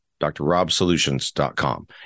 drrobsolutions.com